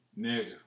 Nigga